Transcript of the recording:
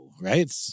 right